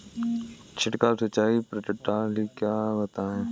छिड़काव सिंचाई प्रणाली क्या है बताएँ?